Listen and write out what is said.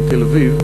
בתל-אביב,